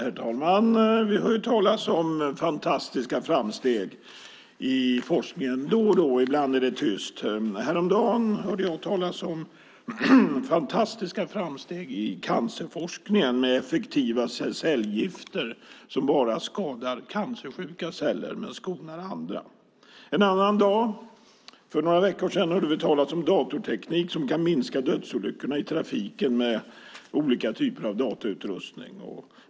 Herr talman! Då och då hör vi talas om fantastiska framsteg i forskningen, men ibland är det tyst. Häromdagen hörde jag talas om fantastiska framsteg i cancerforskningen med effektiva cellgifter som bara skadar cancersjuka celler men skonar andra. En annan dag för några veckor sedan hörde vi talas om datorteknik som kan minska dödsolyckorna i trafiken med olika typer av datautrustning.